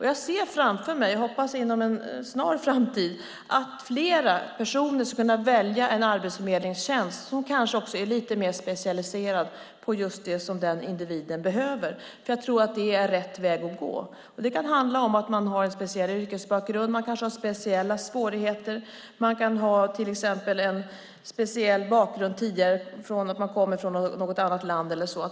Jag ser framför mig - jag hoppas inom en snar framtid - att fler personer ska kunna välja en arbetsförmedlingstjänst som är lite mer specialiserad på just det som individen behöver. Jag tror att det är rätt väg att gå. Det kan handla om att man har en speciell yrkesbakgrund. Man kanske har speciella svårigheter. Man kanske har en speciell bakgrund - att man kommer från ett annat land eller så.